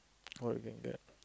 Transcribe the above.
what you can get